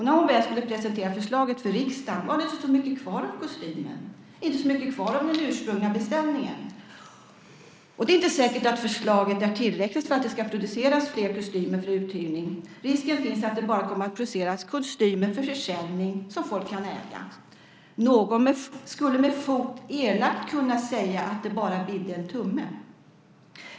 När hon väl skulle presentera förslaget för riksdagen var det inte så mycket kvar av kostymen. Det var inte så mycket kvar av den ursprungliga beställningen. Det är inte säkert att förslaget är tillräckligt för att det ska produceras fler kostymer för uthyrning. Risken finns att det bara kommer att produceras kostymer för försäljning som folk kan äga. Någon skulle med fog elakt kunna säga att det bara bidde en tumme.